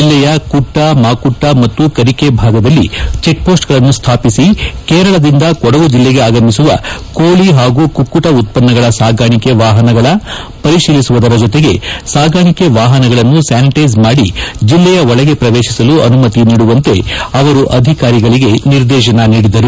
ಜಿಲ್ಲೆಯ ಕುಟ್ಟ ಮಾಕುಟ್ಟ ಮತ್ತು ಕಂಕೆ ಭಾಗದಲ್ಲಿ ಚಿಕ್ಪೋರ್ಸ್ಗಳನ್ನು ಸ್ಥಾಪಿಸಿ ಕೇರಳದಿಂದ ಕೊಡಗು ಜಿಲ್ಲೆಗೆ ಆಗಮಿಸುವ ಕೋಳಿ ಪಾಗೂ ಕುಕ್ಷುಟ ಉತ್ತನ್ನಗಳ ಸಾಗಾಣಿಕೆ ವಾಹನಗಳ ಪರಿತೀಲಿಸುವುದರ ಜೊತೆಗೆ ಸಾಗಾಣಿಕೆ ವಾಹನಗಳನ್ನು ಸ್ವಾನಿಟ್ಟೆಸ್ ಮಾಡಿ ಜಿಲ್ಲೆಯ ಒಳಗೆ ಪ್ರವೇತಿಸಲು ಅನುಮತಿ ನೀಡುವಂತೆ ಅವರು ಅಧಿಕಾರಿಗಳಿಗೆ ನಿರ್ದೇತನ ನೀಡಿದರು